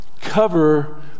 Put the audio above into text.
cover